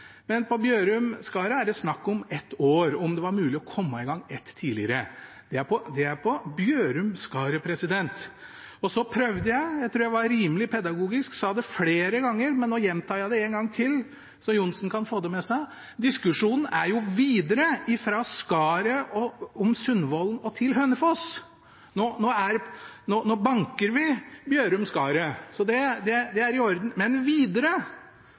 Men på Bjørum–Skaret er det snakk om ett år – om det var mulig å komme i gang ett år tidligere. Det er på Bjørum–Skaret. Så prøvde jeg, og jeg tror jeg var rimelig pedagogisk og sa det flere ganger, men nå gjentar jeg det en gang til, så representanten Johnsen kan få det med seg. Diskusjonen gjelder jo videre fra Skaret – om Sundvollen og til Hønefoss. Nå banker vi Bjørum–Skaret, så det er i orden. Men videre